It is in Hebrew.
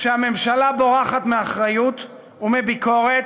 כשהממשלה בורחת מאחריות ומביקורת,